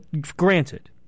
granted